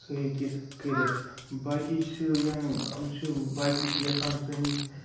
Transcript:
سُہ ہٮ۪کہِ کٔرِتھ باقٕے چھِ یَنگ یِم چھِ باقٕے چھِ یَژھان سٲنِس